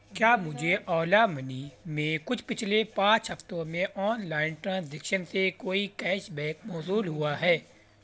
کیا مجھے اولا منی میں کچھ پچھلے پانچ ہفتوں میں آن لائن ٹرانزیکشن سے کوئی کیش بیک موصول ہوا ہے